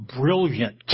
brilliant